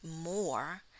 more